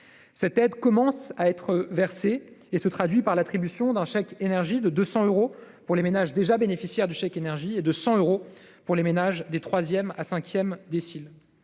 Cette aide commence à être versée, elle se traduit par l'attribution d'un chèque de 200 euros pour les ménages déjà bénéficiaires du chèque énergie et de 100 euros pour les ménages des troisième